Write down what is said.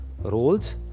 Roles